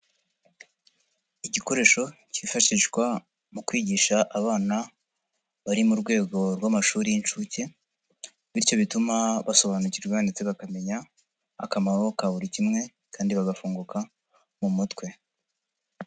Igikoresho cyifashishwa mu kwigisha abana bari mu rwego rw'amashuri y'inshuke, bityo bituma basobanukirwa ndetse bakamenya, akamaro ka buri kimwe kandi bagafunguka mu mutwe.